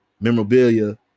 Memorabilia